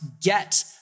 get